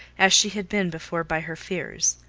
as she had been before by her fears.